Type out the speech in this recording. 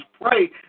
pray